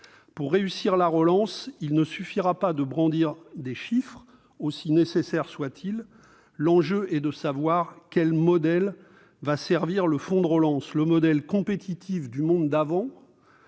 Pour réussir la relance, il ne suffira pas de brandir des chiffres, aussi nécessaires soient-ils. L'enjeu est de savoir quel sera le modèle sur lequel s'appuiera le fonds de relance : le modèle compétitif du monde d'avant